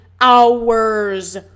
hours